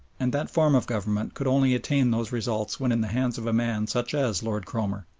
and that form of government could only attain those results when in the hands of a man such as lord cromer.